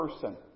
person